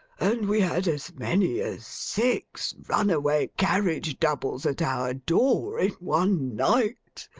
and we had as many as six runaway carriage-doubles at our door in one night!